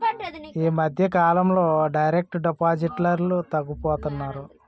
ఈ మధ్యకాలంలో డైరెక్ట్ డిపాజిటర్లు తగ్గిపోతున్నారు